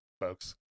folks